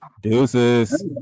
Deuces